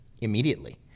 immediately